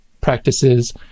practices